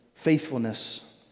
faithfulness